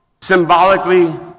Symbolically